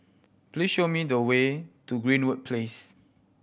please show me the way to Greenwood Place